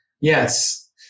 Yes